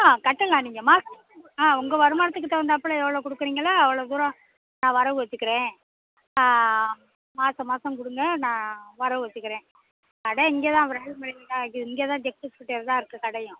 ஆ கட்டலாம் நீங்கள் மா ஆ உங்கள் வருமானத்துக்கு தகுந்தாப்பில் எவ்வளோ கொடுக்குறீங்களா அவ்வளோ தூரம் நான் வரவு வச்சுக்கிறேன் மாசம் மாசம் கொடுங்க நான் வரவு வச்சுக்கிறேன் கடை இங்கே தான் ரல் பங்களா இது இங்கே தான் செக் போஸ்ட்கிட்ட தான் இருக்குது கடையும்